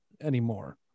anymore